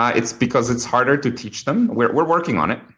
ah it's because it's harder to teach them. we're we're working on it,